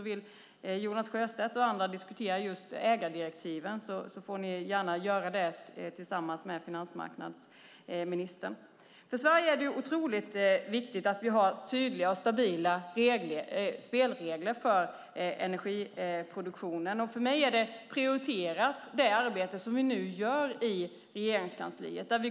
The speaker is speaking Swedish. Vill Jonas Sjöstedt och andra diskutera just ägardirektiven får ni gärna göra det tillsammans med finansmarknadsministern. För Sverige är det otroligt viktigt att vi har tydliga och stabila spelregler för energiproduktionen. För mig är det arbete som vi nu gör i Regeringskansliet prioriterat.